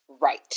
Right